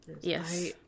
Yes